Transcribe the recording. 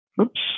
Oops